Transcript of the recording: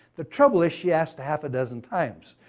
the trouble is, she asked a half a dozen times.